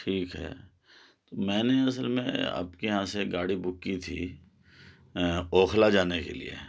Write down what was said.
ٹھیک ہے تو میں نے اصل میں آپ کے یہاں سے گاڑی بُک کی تھی اوکھلا جانے کے لئے